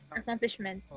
Accomplishment